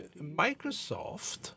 Microsoft